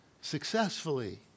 successfully